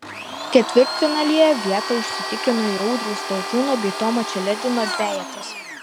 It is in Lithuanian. ketvirtfinalyje vietą užsitikrino ir audriaus talžūno bei tomo čeledino dvejetas